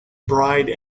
bride